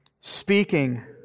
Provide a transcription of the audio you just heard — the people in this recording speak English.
speaking